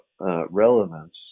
relevance